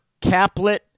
caplet